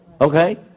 Okay